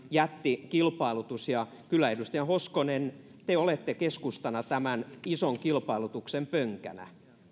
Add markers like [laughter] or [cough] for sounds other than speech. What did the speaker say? [unintelligible] jättikilpailutus ja kyllä edustaja hoskonen te olette keskustana tämän ison kilpailutuksen pönkänä